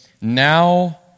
now